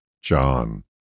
John